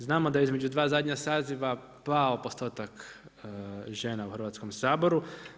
Znamo da između dva zadnja saziva pao postotak žena u Hrvatskom saboru.